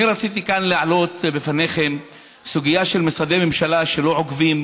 רציתי כאן להעלות לפניכם סוגיה של משרדי ממשלה שלא עוקבים